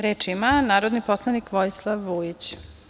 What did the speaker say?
Reč ima narodni poslanik Vojislav Vujić.